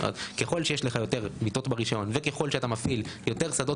ככל שיש לך יותר מיטות ברישיון וככל שאתה מפעיל יותר שדות